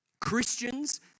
Christians